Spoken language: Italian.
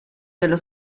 dello